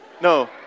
No